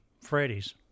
Freddy's